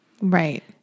Right